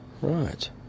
Right